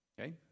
Okay